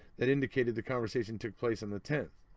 that indicated the conversation took place on the tenth.